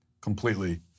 completely